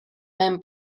ben